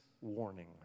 warning